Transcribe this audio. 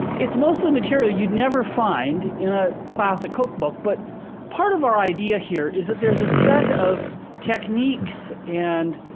it's mostly material you'd never find in a classic cookbook. but part of our idea here is there's a set of techniques and